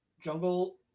Jungle